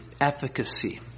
efficacy